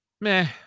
Meh